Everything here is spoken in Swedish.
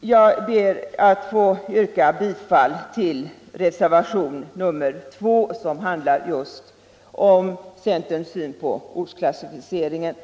Jag ber att få yrka bifall till reservationen 2, som handlar just om centerns syn på ortsklassificeringen.